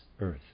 earth